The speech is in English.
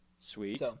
Sweet